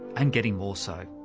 and getting more so.